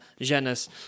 genus